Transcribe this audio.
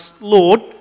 Lord